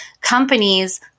companies